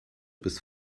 bis